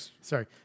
sorry